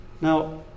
Now